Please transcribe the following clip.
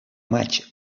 maig